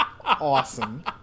Awesome